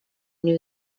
new